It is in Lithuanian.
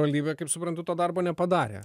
savivaldybė kaip suprantu to darbo nepadarė